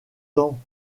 tant